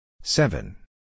seven